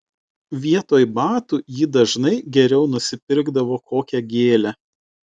vietoj batų ji dažnai geriau nusipirkdavo kokią gėlę